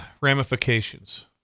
ramifications